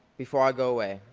before i go away,